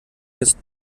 jetzt